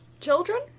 Children